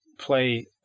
Play